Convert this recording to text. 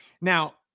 Now